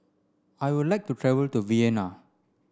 I would like to travel to Vienna